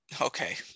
Okay